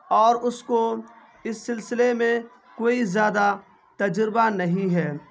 اور اس کو اس سلسلے میں کوئی زیادہ تجربہ نہیں ہے